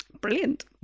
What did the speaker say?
Brilliant